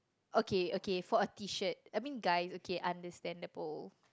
okay okay for a T-shirt I mean guys okay understandable